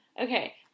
Okay